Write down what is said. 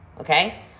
Okay